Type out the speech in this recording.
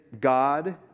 God